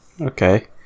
Okay